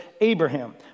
Abraham